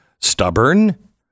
stubborn